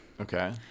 Okay